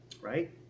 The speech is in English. right